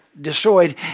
destroyed